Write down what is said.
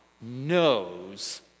knows